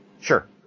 Sure